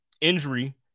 injury